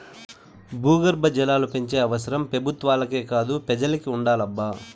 భూగర్భ జలాలు పెంచే అవసరం పెబుత్వాలకే కాదు పెజలకి ఉండాలబ్బా